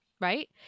Right